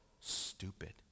stupid